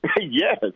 Yes